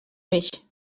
peix